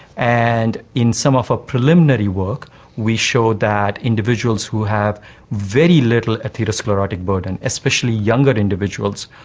and in some of our preliminary work we showed that individuals who have very little atherosclerotic burden, especially younger individuals,